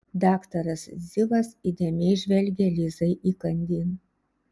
daktaras zivas įdėmiai žvelgė lizai įkandin